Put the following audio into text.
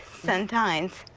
sometimes.